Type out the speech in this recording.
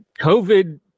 covid